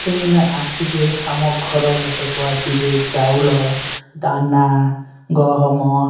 ସେମାନେ ଆସିବେ ଆମ ଘର ବାଟକୁ ଆସିବେ ଚାଉଳ ଦାନା ଗହମ